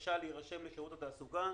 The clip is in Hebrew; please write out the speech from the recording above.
הבקשה להירשם לשירות התעסוקה.